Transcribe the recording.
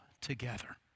together